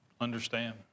understand